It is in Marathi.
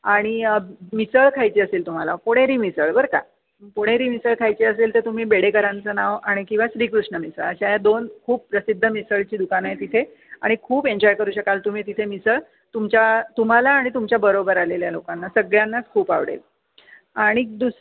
आणि मिसळ खायची असेल तुम्हाला पुणेरी मिसळ बरं का पुणेरी मिसळ खायची असेल तर तुम्ही बेडेकरांचं नाव आणि किंवा श्रीकृष्ण मिसळ अशा या दोन खूप प्रसिद्ध मिसळीची दुकानं आहेत इथे आणि खूप एन्जॉय करू शकाल तुम्ही तिथे मिसळ तुमच्या तुम्हाला आणि तुमच्या बरोबर आलेल्या लोकांना सगळ्यांनाच खूप आवडेल आणि दुस